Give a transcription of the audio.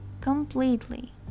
completely